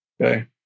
okay